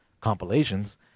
compilations